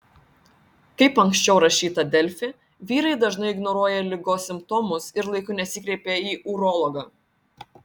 kaip anksčiau rašyta delfi vyrai dažnai ignoruoja ligos simptomus ir laiku nesikreipia į urologą